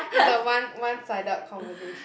is a one one sided conversation